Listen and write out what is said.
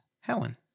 Helen